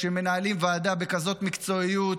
שמנהלים ועדה בכזאת מקצועיות,